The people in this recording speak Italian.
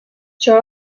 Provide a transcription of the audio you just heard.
ciò